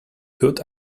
could